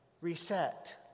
reset